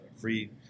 free